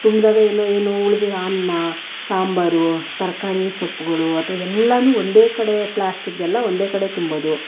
ತುಂಬಿದಾಗ ಏನು ಏನು ಉಳಿದಿರೊ ಅನ್ನ ಸಾಂಬಾರು ತರಕಾರಿ ಸೊಪ್ಪುಗಳು ಅದು ಎಲ್ಲವೂ ಒಂದೇ ಕಡೆ ಪ್ಲಾಸ್ಟಿಕ್ಕಿದೆಲ್ಲ ಒಂದೇ ಕಡೆ ತುಂಬೋದು